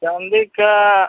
चाँदी का